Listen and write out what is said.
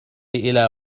إلى